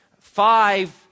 five